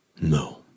No